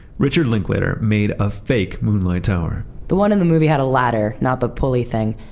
richard linklater made a fake moonlight tower the one in the movie had a ladder, not the pulley thing,